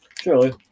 Surely